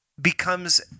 becomes